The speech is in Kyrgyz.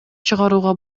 чыгарууга